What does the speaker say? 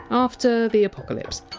after the apocalypse,